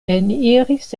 eniris